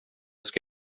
ska